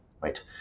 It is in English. right